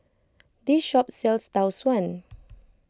this shop sells Tau Suan